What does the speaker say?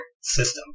system